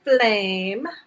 Flame